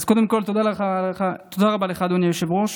אז קודם כול, תודה רבה לך, אדוני היושב-ראש.